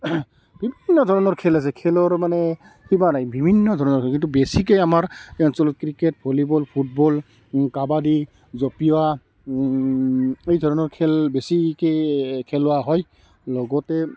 বিভিন্ন ধৰণৰ খেল আছে খেলৰ মানে সীমা নাই বিভিন্ন ধৰণৰ কিন্তু বেছিকৈ আমাৰ এই অঞ্চলত ক্ৰিকেট ভলীবল ফুটবল কাবাডি জঁপিওৱা এই ধৰণৰ খেল বেছিকৈ খেলোৱা হয় লগতে